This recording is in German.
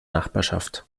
nachbarschaft